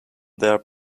their